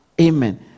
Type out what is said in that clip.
Amen